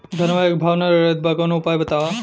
धनवा एक भाव ना रेड़त बा कवनो उपाय बतावा?